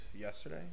yesterday